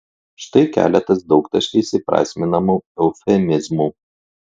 štai keletas daugtaškiais įprasminamų eufemizmų